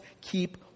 keep